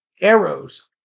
arrows